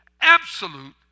absolute